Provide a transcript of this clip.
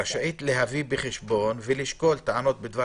רשאית להביא בחשבון ולשקול טענות דבר